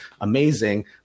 amazing